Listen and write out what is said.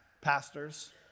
pastors